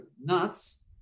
nuts